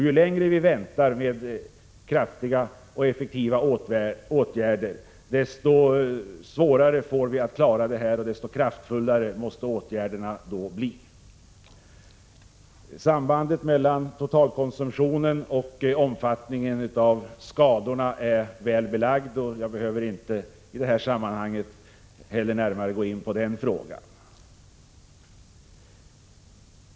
Ju längre vi väntar med kraftiga och effektiva åtgärder, desto svårare får vi att klara den uppgiften och desto kraftfullare måste åtgärderna då bli. Sambandet mellan totalkonsumtionen och omfattningen av skadorna är väl belagt, och jag behöver i det här sammanhanget inte gå närmare in på den frågan.